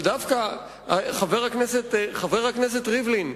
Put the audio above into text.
חבר הכנסת ריבלין,